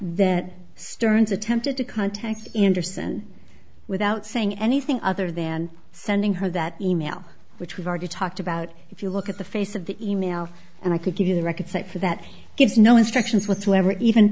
that stern's attempted to contact anderson without saying anything other than sending her that e mail which we've already talked about if you look at the face of the e mail and i could give you the recordset for that gives you no instructions with whoever even